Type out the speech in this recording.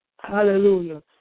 Hallelujah